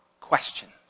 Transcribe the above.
questions